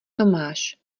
tomáš